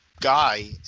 guy